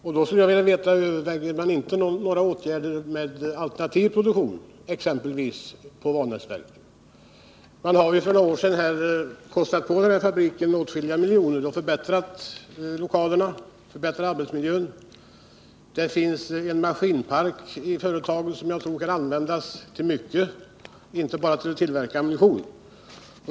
Jag skulle vilja veta: Överväger man inte några åtgärder för alternativ produktion exempelvis på Vanäsverken? För några år sedan kostade man ju på fabriken åtskilliga miljoner och förbättrade lokalerna och arbetsmiljön. Det finns en maskinpark i företaget som jag tror kan användas till mycket, inte bara för att tillverka ammunition.